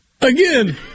Again